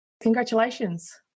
Congratulations